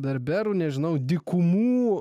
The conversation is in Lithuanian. berberų nežinau dykumų